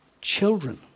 children